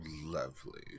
lovely